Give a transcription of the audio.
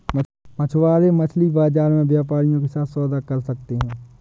मछुआरे मछली बाजार में व्यापारियों के साथ सौदा कर सकते हैं